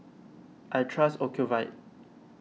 I trust Ocuvite